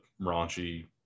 raunchy